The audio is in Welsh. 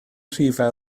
rhifau